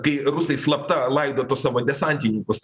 kai rusai slapta laido tuos savo desantininkus